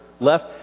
left